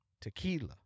tequila